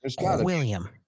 William